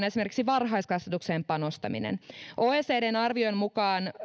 esimerkiksi varhaiskasvatukseen panostaminen oecdn arvion mukaan